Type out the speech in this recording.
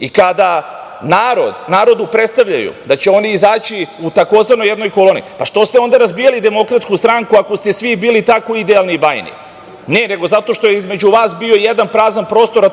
i kada narodu predstavljaju da će oni izaći u tzv. „jednoj koloni“, što ste onda razbijali DS ako ste svi bili tako idealni i bajni? Ne, nego zato što je između vas bio jedan prazan prostor,